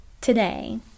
today